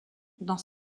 dans